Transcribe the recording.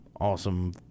awesome